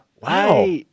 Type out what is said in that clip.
Wow